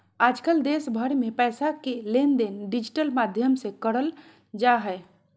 आजकल देश भर मे पैसा के लेनदेन डिजिटल माध्यम से करल जा हय